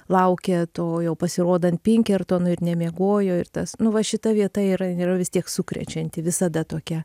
laukia to jau pasirodant pinkertonui ir nemiegojo ir tas nu va šita vieta yra yra vis tiek sukrečianti visada tokia